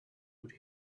could